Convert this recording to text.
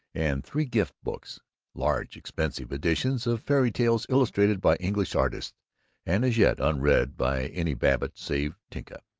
and three gift-books large, expensive editions of fairy-tales illustrated by english artists and as yet unread by any babbitt save tinka.